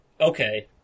Okay